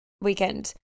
weekend